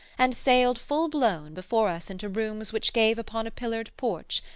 and sailed, full-blown, before us into rooms which gave upon a pillared porch,